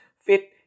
fit